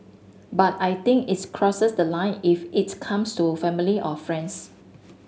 but I think its crosses the line if its comes to family or friends